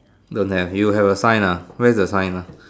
don't have you have a sign ah where's the sign ah